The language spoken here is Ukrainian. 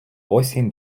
осінь